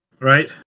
Right